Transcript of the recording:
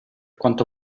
quanto